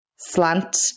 slant